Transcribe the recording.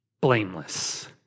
blameless